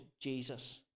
Jesus